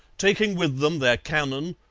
taking with them their cannon,